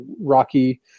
rocky